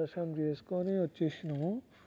దర్శనం చేసుకుని వచ్చేసినాము